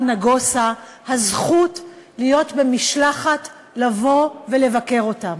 נגוסה הזכות להיות במשלחת ולבקר אותם.